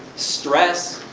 stress,